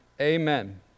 Amen